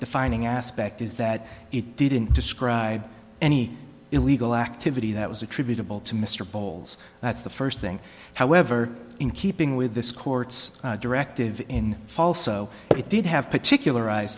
defining aspect is that it didn't describe any illegal activity that was attributable to mr bowles that's the first thing however in keeping with this court's directive in falso it did have particular